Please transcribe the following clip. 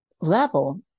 level